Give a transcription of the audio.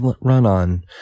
run-on